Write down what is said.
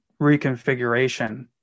reconfiguration